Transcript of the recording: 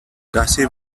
gussie